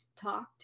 talked